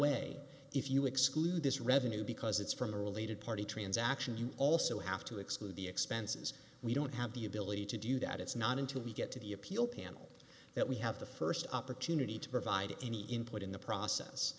way if you exclude this revenue because it's from a related party transactions you also have to exclude the expenses we don't have the ability to do that it's not until we get to the appeal panel that we have the first opportunity to provide any input in the process